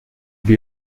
lui